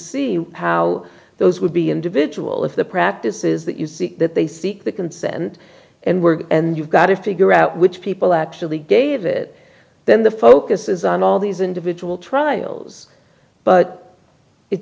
see how those would be individual if the practices that you seek that they seek the consent and work and you've got to figure out which people actually gave it then the focus is on all these individual trials but it